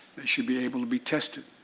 should be able to be tested.